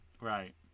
Right